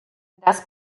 das